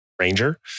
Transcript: ranger